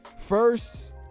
first